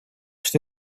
что